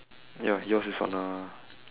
ya yours is on a